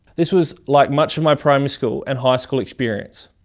this was like much of my primary school and high school experience.